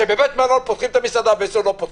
כשבבית המלון פותחים את המסעדה ואצלו - לא.